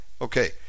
Okay